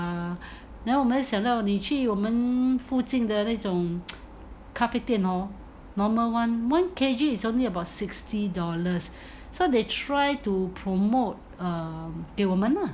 then 我们就想到你去我们附近的那种咖啡店 hor normal [one] one K_G is only about sixty dollars so they try to promote err 给我们 lah